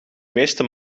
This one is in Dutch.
meeste